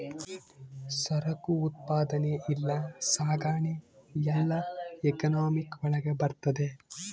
ಸರಕು ಉತ್ಪಾದನೆ ಇಲ್ಲ ಸಾಗಣೆ ಎಲ್ಲ ಎಕನಾಮಿಕ್ ಒಳಗ ಬರ್ತದೆ